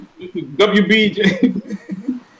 WBJ